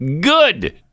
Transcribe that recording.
Good